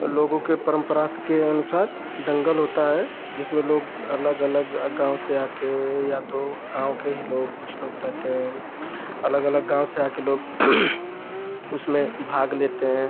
और लोगों की परम्परा के अनुसार दंगल होता है जिसमें लोग अलग अलग गाँव से आकर या तो गाँव के ही लोग कुछ लोग रहते हैं अलग अलग गाँव से आकर लोग उसमें भाग लेते हैं